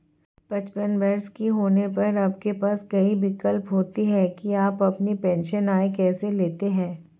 पचपन वर्ष के होने पर आपके पास कई विकल्प होते हैं कि आप अपनी पेंशन आय कैसे लेते हैं